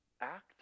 act